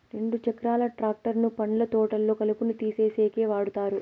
రెండు చక్రాల ట్రాక్టర్ ను పండ్ల తోటల్లో కలుపును తీసేసేకి వాడతారు